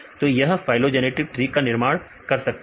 तो हम phylogenetic tree का निर्माण कर सकते हैं